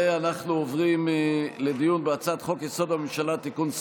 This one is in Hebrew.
אנחנו עוברים לדיון בהצעת חוק-יסוד: הממשלה (תיקון,